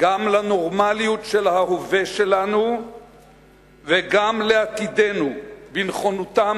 גם לנורמליות של ההווה שלנו וגם לעתידנו בנכונותם